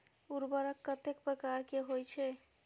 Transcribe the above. उर्वरक कतेक प्रकार के होई छै?